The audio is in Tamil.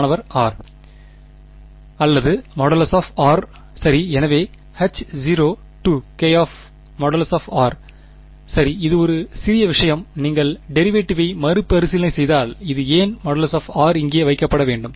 மாணவர்r அல்லது r சரி எனவே H0 சரி இது ஒரு சிறிய விஷயம் நீங்கள் டெரிவேட்டிவை மறுபரிசீலனை செய்தால் இது ஏன்r இங்கே வைக்கப்பட வேண்டும்